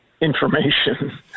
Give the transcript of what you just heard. information